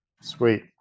sweet